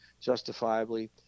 justifiably